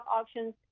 auctions